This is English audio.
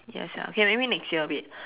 ya sia okay maybe next year babe